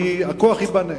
כי הכוח ייבנה.